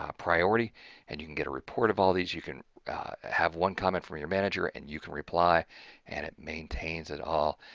ah priority and you can get a report of all these, you can have one comment from your manager and you can reply and it maintains at all.